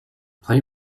play